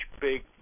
big